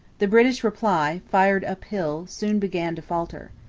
the british reply, fired uphill, soon began to falter.